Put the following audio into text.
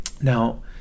Now